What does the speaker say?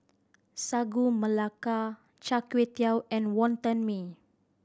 Sagu Melaka Char Kway Teow and Wonton Mee